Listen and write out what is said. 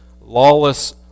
lawless